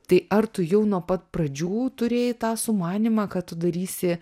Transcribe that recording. tai ar tu jau nuo pat pradžių turėjai tą sumanymą ką tu darysi